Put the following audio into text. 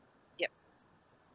yup